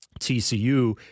TCU